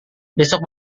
besok